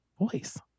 voice